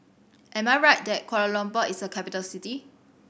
am I right that Kuala Lumpur is a capital city